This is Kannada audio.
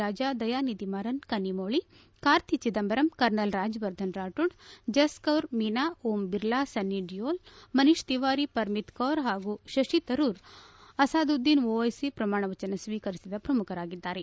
ರಾಜಾ ದಯಾನಿಧಿ ಮಾರನ್ ಕನಿಮೋಳಿ ಕಾರ್ತಿ ಚಿದಂಬರಂ ಕರ್ನಲ್ ರಾಜ್ಯವರ್ಧನ್ ರಾಥೋಡ್ ಜೆಸ್ಕೌರ್ ಮೀನಾ ಓಂ ಬಿರ್ಲಾ ಸನ್ನಿ ಡಿಯೋಲ್ ಮನೀಶ್ ತಿವಾರಿ ಪರಮಿತ್ಕೌರ್ ಹಾಗೂ ತಶಿತರೂರ್ ಅಸಾದುದ್ದೀನ್ ಓವೈಸಿ ಪ್ರಮಾಣವಚನ ಸ್ವೀಕರಿಸಿದ ಪ್ರಮುಖರಾಗಿದ್ದಾರೆ